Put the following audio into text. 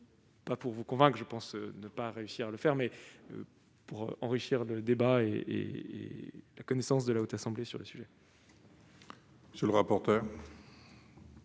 pas pour vous convaincre- je crois que je n'y réussirai pas -, mais pour enrichir le débat et la connaissance de la Haute Assemblée sur le sujet.